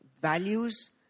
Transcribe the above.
values